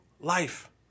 life